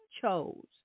chose